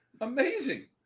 Amazing